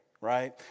right